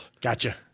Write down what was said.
Gotcha